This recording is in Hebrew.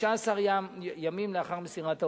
15 ימים לאחר מסירת ההודעה.